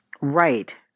Right